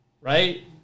Right